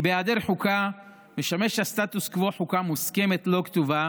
כי בהיעדר חוקה משמש הסטטוס קוו חוקה מוסכמת לא כתובה